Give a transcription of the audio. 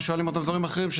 ושואלים אותם דברים אחרים,